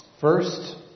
First